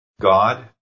God